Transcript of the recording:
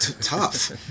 Tough